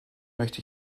möchte